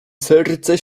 serce